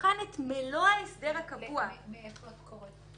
יבחן את מלוא ההסדר הקבוע" -- מאיפה את קוראת?